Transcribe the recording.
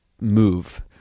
move